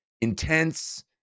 intense